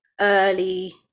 early